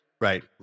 Right